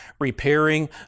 repairing